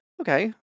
Okay